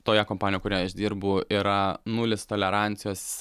toje kompanijoje kurioje aš dirbu yra nulis tolerancijos